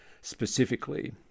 specifically